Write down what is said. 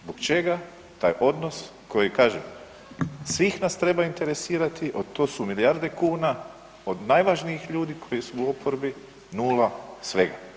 Zbog čega taj odnos koji kažem svih nas treba interesirati, a to su milijarde kuna, od najvažnijih ljudi koji su u oporbi, nula svega, nula.